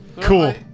Cool